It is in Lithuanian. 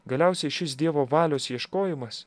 galiausiai šis dievo valios ieškojimas